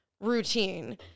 routine